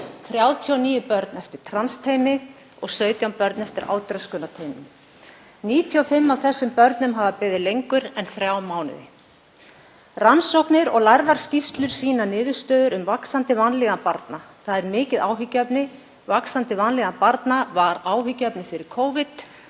39 börn eftir transteymi og 17 börn eftir átröskunarteymi. 95 af þessum börnum hafa beðið lengur en þrjá mánuði. Rannsóknir og lærðar skýrslur sýna niðurstöður um vaxandi vanlíðan barna. Það er mikið áhyggjuefni. Vaxandi vanlíðan barna var áhyggjuefni fyrir Covid